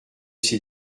c’est